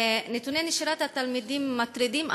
נתוני נשירת התלמידים מטרידים,